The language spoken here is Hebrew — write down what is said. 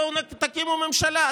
בואו תקימו ממשלה.